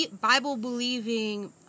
Bible-believing